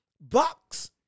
box